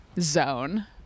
zone